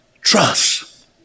Trust